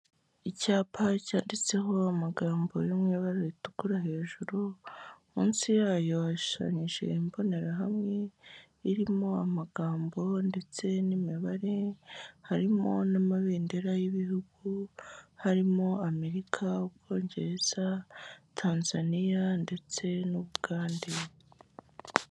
Icyapa cyanditseho amagambo yo mu ibabara ritukura hejuru, munsi yayo yashushanyije imbonerahamwe irimo amagambo ndetse n'imibare, harimo n'amabendera y'ibihugu, harimo Amerika, ubwongereza, Tanzania ndetse n'Ubugande.